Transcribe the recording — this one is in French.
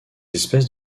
espèces